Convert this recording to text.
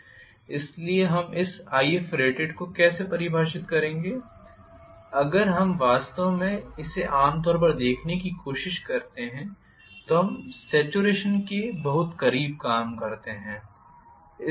इसलिए हम इस Ifrated को कैसे परिभाषित करेंगे अगर हम वास्तव में इसे आम तौर पर देखने की कोशिश करते हैं तो हम सॅचुरेशन के बहुत करीब काम करते हैं